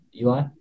Eli